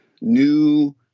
new